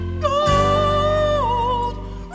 gold